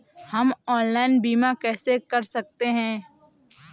हम ऑनलाइन बीमा कैसे कर सकते हैं?